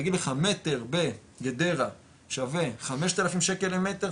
יגיד לך מטר בגדרה שווה 5,000 שקל למטר,